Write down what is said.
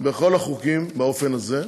בכל החוקים באופן הזה,